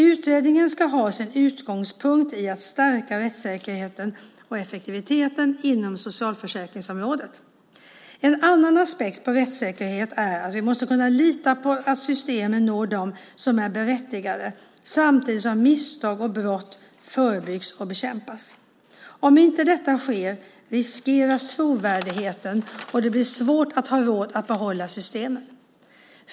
Utredningen ska ha sin utgångspunkt i att stärka rättssäkerheten och effektiviteten inom socialförsäkringsområdet. En annan aspekt på rättssäkerhet är att vi måste kunna lita på att systemen når dem som är berättigade samtidigt som misstag och brott förebyggs och bekämpas. Om inte detta sker riskeras trovärdigheten och det blir svårt att ha råd att behålla systemen.